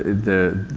the,